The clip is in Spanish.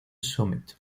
summit